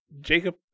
Jacob